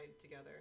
together